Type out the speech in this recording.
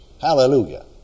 Hallelujah